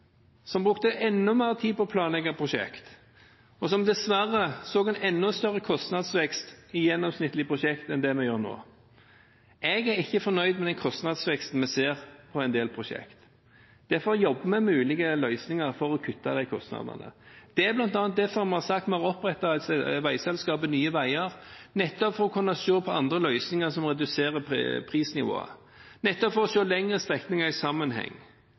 en brukte enda mer tid på å planlegge prosjekter, og en så dessverre en enda større kostnadsvekst i gjennomsnittlig prosjekt enn det vi gjør nå. Jeg er ikke fornøyd med den kostnadsveksten vi ser på en del prosjekter. Derfor jobber vi med ulike løsninger for å kutte de kostnadene. Det er bl.a. derfor vi har opprettet veiselskapet Nye Veier, nettopp for å kunne se på andre løsninger som reduserer prisnivået, nettopp for å se lengre strekninger i sammenheng.